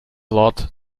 lot